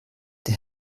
der